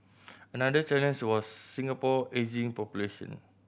another challenge was Singapore ageing population